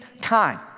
time